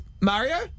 Mario